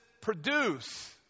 produce